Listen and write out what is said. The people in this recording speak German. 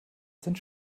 sind